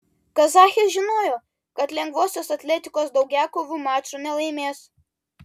kazachės žinojo kad lengvosios atletikos daugiakovių mačo nelaimės